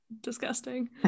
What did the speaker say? disgusting